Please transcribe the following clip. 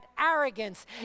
arrogance